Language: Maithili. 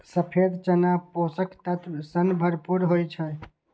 सफेद चना पोषक तत्व सं भरपूर होइ छै